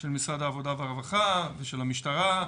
של משרד העבודה והרווחה ושל המשטרה.